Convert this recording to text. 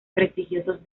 prestigiosos